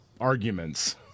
arguments